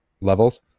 levels